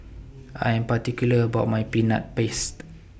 I Am particular about My Peanut Paste